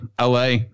LA